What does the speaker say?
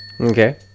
Okay